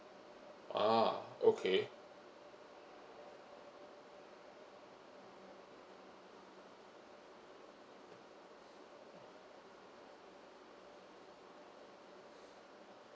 ah okay